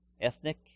Ethnic